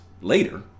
later